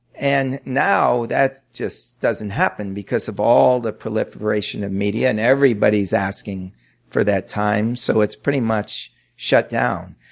and now, that just doesn't happen because of all the proliferation of the media and everybody's asking for that time so it's pretty much shut down.